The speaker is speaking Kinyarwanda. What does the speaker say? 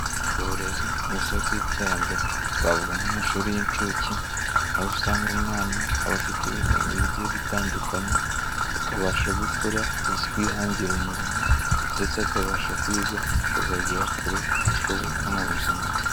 Uburezi ni isoko y'iterambere, twavuga nk'amashuri y'inshuke aho usanga umwana aba afite ubumenyi bugiye butandukanye, akabasha gukora kwihangira umurimo ndetse akabasha kwiga akazagera kure hashoboka mu buzima bwe.